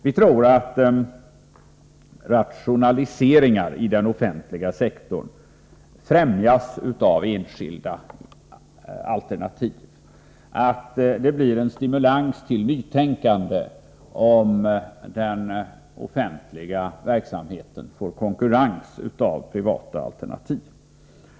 Vi tror att rationaliseringar i den offentliga sektorn främjas av enskilda alternativ. Det blir en stimulans till nytänkande om den offentliga verksamheten får konkurrens av privata alternativ.